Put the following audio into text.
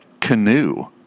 canoe